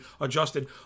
adjusted